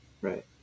right